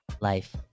life